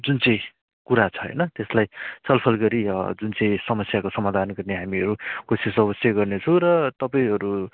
जुन चाहिँ कुरा छ होइन त्यसलाई छलफल गरी जुन चाहिँ समस्याको समाधान गर्ने हामीहरू कोसिस अवश्यै गर्नेछु र तपाईँहरू